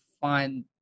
find